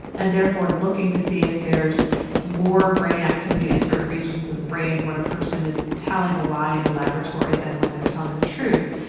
and therefore looking to see if there's more brain activity in certain regions of the brain when a person is telling a lie in a laboratory than when they are telling the truth.